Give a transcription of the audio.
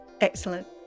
Excellent